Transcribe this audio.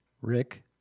Rick